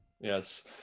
yes